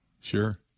Sure